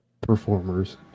performers